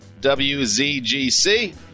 wzgc